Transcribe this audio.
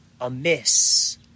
amiss